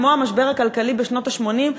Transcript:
כמו המשבר הכלכלי בשנות ה-80.